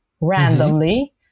randomly